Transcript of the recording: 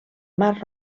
mar